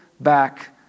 back